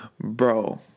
Bro